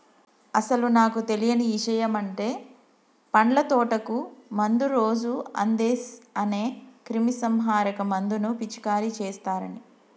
అసలు నాకు తెలియని ఇషయమంటే పండ్ల తోటకు మందు రోజు అందేస్ అనే క్రిమీసంహారక మందును పిచికారీ చేస్తారని